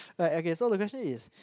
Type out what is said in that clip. like okay so the question is